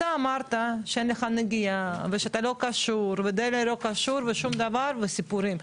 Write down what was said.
אתה אמרת שאין לך נגיעה ושאתה לא קשור ודרעי לא קשור ושום דבר וסיפורים.